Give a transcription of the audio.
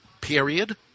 period